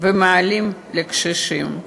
ומעלים לקשישים.